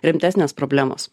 rimtesnės problemos